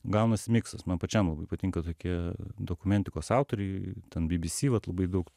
gaunasi miksas man pačiam labai patinka tokie dokumentikos autoriai bbc vat labai daug